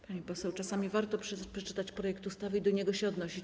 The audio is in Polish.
Pani poseł, czasami warto przeczytać projekt ustawy i do niego się odnosić.